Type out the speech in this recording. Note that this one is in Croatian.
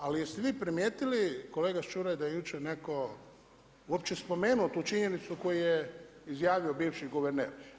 Ali jeste li vi primijetili kolega Čuraj da je jučer netko uopće spomenuo tu činjenicu koju je izjavio bivši guverner.